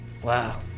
Wow